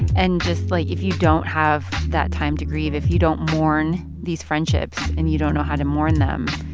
and just, like, if you don't have that time to grieve, if you don't mourn these friendships and you don't know how to mourn them,